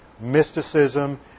mysticism